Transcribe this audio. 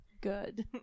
Good